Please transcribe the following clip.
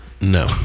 No